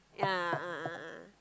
yeah a'ah a'ah